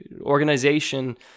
organization